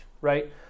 right